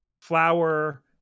flour